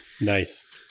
Nice